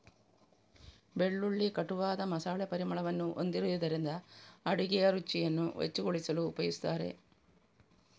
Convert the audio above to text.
ಬೆಳ್ಳುಳ್ಳಿ ಕಟುವಾದ ಮಸಾಲೆ ಪರಿಮಳವನ್ನು ಹೊಂದಿರುವುದರಿಂದ ಅಡುಗೆಯ ರುಚಿಯನ್ನು ಹೆಚ್ಚುಗೊಳಿಸಲು ಉಪಯೋಗಿಸುತ್ತಾರೆ